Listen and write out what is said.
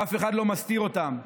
אף אחד לא מסתיר אותם.